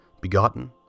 begotten